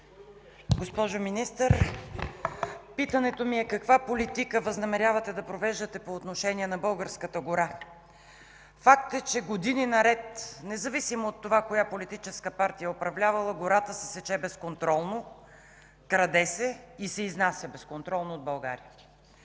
Госпожо Министър, питането ми е каква политика възнамерявате да провеждате по отношение на българската гора? Факт е, че години наред, независимо от това коя политическа партия е управлявала, гората се сече безконтролно, краде се и се изнася безконтролно от България.